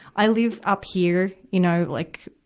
i live up here, you know, like,